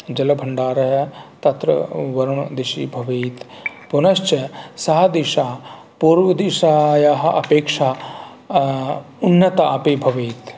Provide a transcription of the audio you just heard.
जलभण्डारः तत्र वरुणदिशि भवेत् पुनश्च सा दिशा पूर्वदिशायाः अपेक्षया उन्नता अपि भवेत्